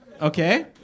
Okay